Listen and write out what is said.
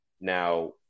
Now